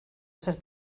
ser